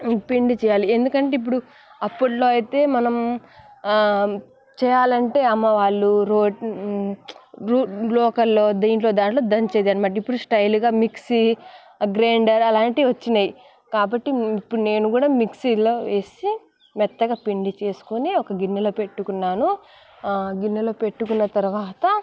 పిండి చేయాలి ఎందుకంటే ఇప్పుడు అప్పట్లో అయితే మనం చేయాలంటే అమ్మ వాళ్ళు రోకల్లో దీంట్లో దాంట్లో దంచేదన్నమాట ఇప్పుడు స్టైల్గా మిక్సీ ఆ గ్రైండర్ అలాంటివి వచ్చాయి కాబట్టి ఇప్పుడు నేను కూడా మిక్సీలో వేసి మెత్తగా పిండి చేసుకొని ఒక గిన్నెలో పెట్టుకున్నాను ఆ గిన్నెలో పెట్టుకున్న తరువాత